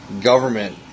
government